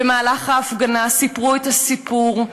במהלך ההפגנה סיפרו את הסיפור.